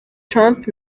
trump